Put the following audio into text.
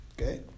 Okay